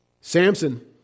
Samson